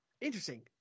Interesting